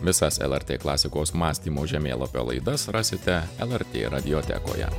visas lrt klasikos mąstymo žemėlapio laidas rasite lrt radiotekoje